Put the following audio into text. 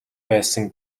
байсан